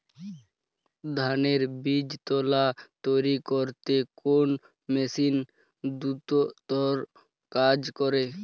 ধানের বীজতলা তৈরি করতে কোন মেশিন দ্রুততর কাজ করে?